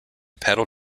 pedal